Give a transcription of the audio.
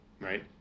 right